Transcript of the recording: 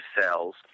cells